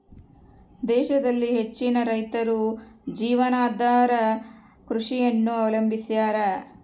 ದೇಶದಲ್ಲಿ ಹೆಚ್ಚಿನ ರೈತರು ಜೀವನಾಧಾರ ಕೃಷಿಯನ್ನು ಅವಲಂಬಿಸ್ಯಾರ